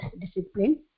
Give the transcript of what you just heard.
discipline